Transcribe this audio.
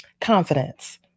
confidence